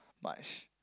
much